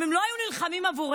אם הם לא היו נלחמים עבורנו.